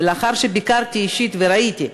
זה לאחר שביקרתי אישית וראיתי,